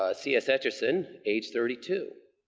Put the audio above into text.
ah c. s. etcherson, aged thirty two.